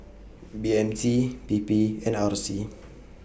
B M T P P and R C